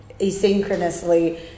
asynchronously